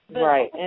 Right